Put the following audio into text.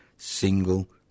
single